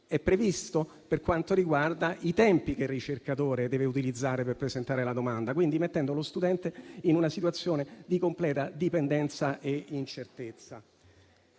è previsto per quanto riguarda i tempi che il ricercatore deve utilizzare per presentare la domanda, mettendo quindi lo studente in una situazione di completa dipendenza e incertezza.